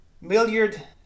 Milliard